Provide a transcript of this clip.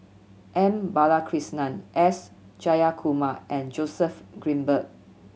M Balakrishnan S Jayakumar and Joseph Grimberg